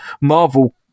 Marvel